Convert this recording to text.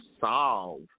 solve